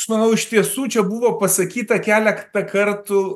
aš manau iš tiesų čia buvo pasakyta keletą kartų